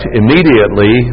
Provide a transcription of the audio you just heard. immediately